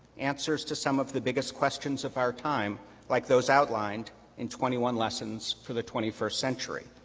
answers to some of the biggest questions of our time like those outlined in twenty one lessons for the twenty first century.